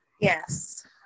yes